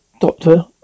doctor